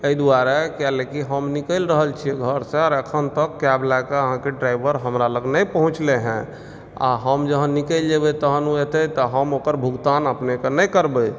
एहिद्वारे किया लऽ कऽ हम निकैल रहल छी घर सऽ आओर एखन तक केब लऽ के अहाँके ड्राइवर हमरा लग नहि पहुँचले है आ हम जखन निकैल जेबै तखन ओ एतय तऽ हम ओकर भुगतान अपने के नहि करबै